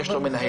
יש לו מנהל,